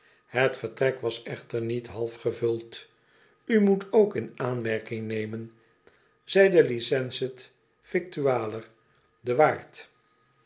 het vertrek was echter niet half gevuld u moet ook in aanmerking nemen zei de licensed yictualler de waard